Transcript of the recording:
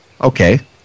okay